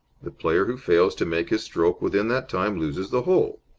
the player who fails to make his stroke within that time loses the hole.